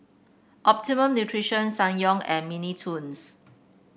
Optimum Nutrition Ssangyong and Mini Toons